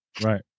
Right